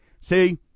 See